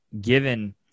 given